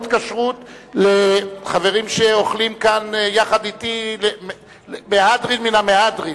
כשרות לחברים שאוכלים כאן יחד אתי מהדרין מהמהדרין.